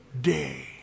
day